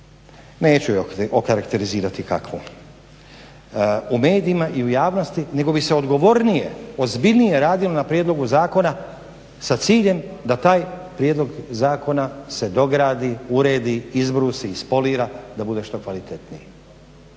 neću je okarakterizirati kakvu. U medijima i u javnosti nego bi se odgovornije, ozbiljnije radilo na prijedlogu zakona sa ciljem da taj prijedlog zakona se dogradi, uredi, izbrusi, ispolira da bude što kvalitetniji.